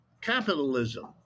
capitalism